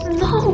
no